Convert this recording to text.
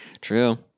True